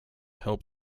help